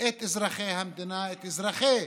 את אזרחי המדינה, את אזרחי